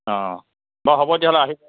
অ' বাৰু হ'ব তেতিয়াহ'লে আহি